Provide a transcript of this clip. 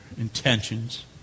intentions